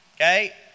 okay